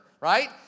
right